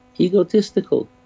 egotistical